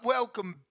Welcome